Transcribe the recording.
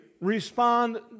respond